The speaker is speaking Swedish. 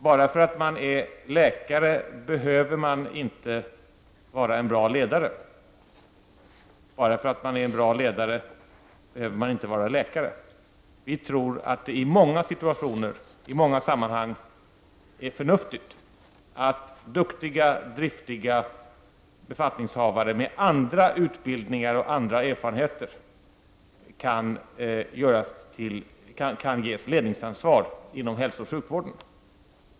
Den som är läkare behöver inte vara en bra ledare. Den som är en bra ledare behöver inte vara läkare. Vi tror att det i många situationer och i många sammanhang är förnuftigt att duktiga, driftiga befattningshavare med andra utbildningar och andra erfarenheter kan ges ledningsansvar inom hälsooch sjukvården.